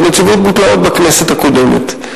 הנציבות בוטלה עוד בכנסת הקודמת.